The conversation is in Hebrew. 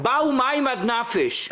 באו מים עד נפש.